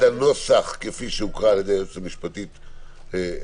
הנוסח כפי שהוקרא על ידי היועצת המשפטית עכשיו?